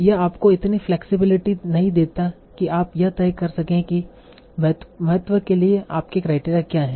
यह आपको इतनी फ्लेक्सिबिलिटी नहीं देता कि आप यह तय कर सकें कि महत्व के लिए आपके क्राइटेरिया क्या हैं